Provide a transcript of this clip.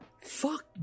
fuck